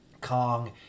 Kong